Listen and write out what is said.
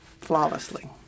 flawlessly